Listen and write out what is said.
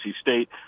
State